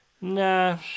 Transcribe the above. Nah